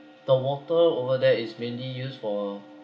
the water over there is mainly used for